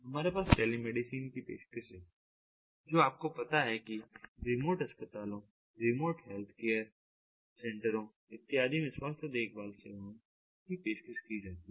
हमारे पास टेलीमेडिसिन की पेशकश है जो आपको पता है कि रिमोट अस्पतालों रिमोट हेल्थ केयर सेंटरों इत्यादि में स्वास्थ्य देखभाल सेवाओं की पेशकश की जाती है